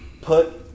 Put